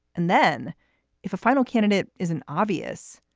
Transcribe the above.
and then if a final candidate is an obvious,